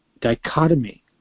dichotomy